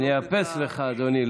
אני אאפס לך, אדוני.